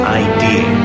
idea